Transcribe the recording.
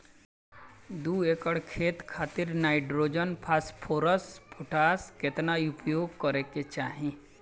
दू एकड़ खेत खातिर नाइट्रोजन फास्फोरस पोटाश केतना उपयोग करे के चाहीं?